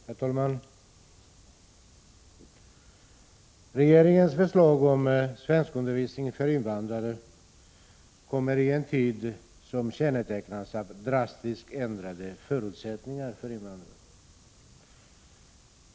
Herr talman! Regeringens förslag om svenskundervisning för invandrare kommer i en tid som kännetecknas av drastiskt ändrade förutsättningar för invandrarna.